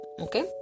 okay